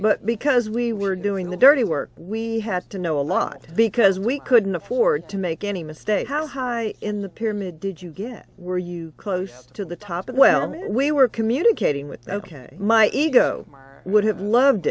but because we were doing the dirty work we had to know a lot because we couldn't afford to make any mistake how high in the pyramid did you get were you close to the top and well we were communicating with ok my ego would have loved